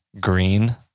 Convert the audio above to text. green